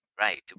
Right